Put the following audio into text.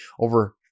over